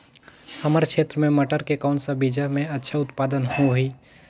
हमर क्षेत्र मे मटर के कौन सा बीजा मे अच्छा उत्पादन होही?